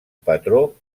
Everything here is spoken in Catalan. patró